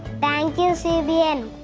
thank you cbn.